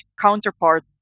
counterpart